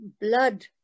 blood